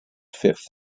fifth